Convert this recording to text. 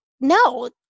no